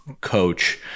coach